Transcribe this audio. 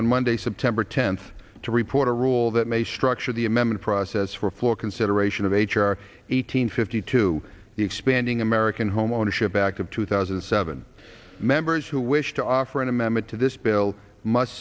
on monday september tenth to report a rule that may structure the amendment process for floor consideration of h r eight hundred fifty two the expanding american homeownership act of two thousand and seven members who wish to offer an amendment to this bill must